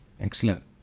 Excellent